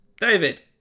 David